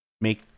make